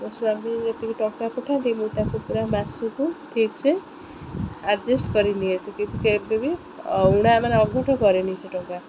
ମୋ ସ୍ୱାମୀ ଯେତିକି ଟଙ୍କା ପଠାନ୍ତି ମୁଁ ତାକୁ ପୁରା ମାସକୁ ଠିକ୍ ସେ ଆଡ଼ଜଷ୍ଟ କରିନିଏ ଏତିକି ଟିକେ ବି ଉଣା ମାନେ ଅଘଟ କରେନି ସେ ଟଙ୍କା